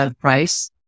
price